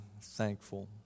thankful